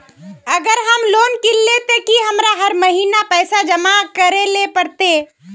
अगर हम लोन किनले ते की हमरा हर महीना पैसा जमा करे ले पड़ते?